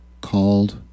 called